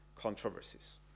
controversies